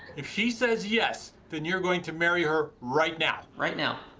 if she says yes, then you're going to marry her right now. right now.